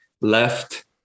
Left